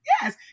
yes